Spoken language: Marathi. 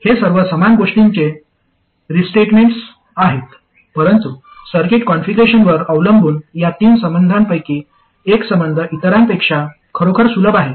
हे सर्व समान गोष्टींचे रीस्टेटमेंट्स आहेत परंतु सर्किट कॉन्फिगरेशनवर अवलंबून या तीन संबंधांपैकी एक संबंध इतरांपेक्षा खरोखर सुलभ आहे